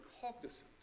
cognizant